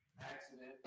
accident